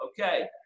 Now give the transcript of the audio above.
Okay